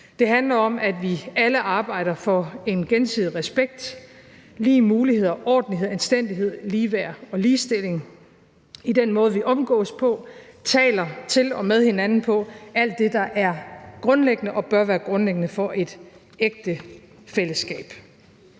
Det handler om, at vi alle arbejder for en gensidig respekt, lige muligheder, ordentlighed, anstændighed, ligeværd og ligestilling i den måde, vi omgås på, taler til og med hinanden på, alt det, der er grundlæggende og bør være grundlæggende for et ægte fællesskab.